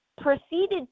proceeded